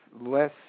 less